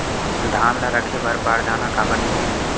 धान ल रखे बर बारदाना काबर मिलही?